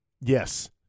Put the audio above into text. yes